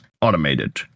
automated